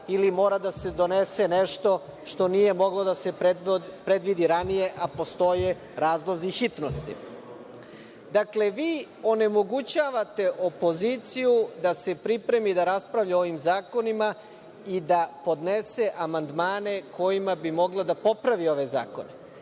ili mora da se donese nešto što nije moglo da se predvidi ranije, a postoje razlozi hitnosti. Dakle, vi onemogućavate opoziciju da se pripremi da raspravlja o ovim zakonima i da podnese amandmane kojima bi mogla da popravi ove zakone.